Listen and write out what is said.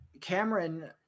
Cameron